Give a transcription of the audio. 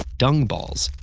dung balls,